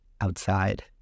outside